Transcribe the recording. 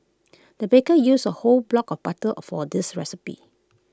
the baker used A whole block of butter or for this recipe